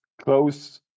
close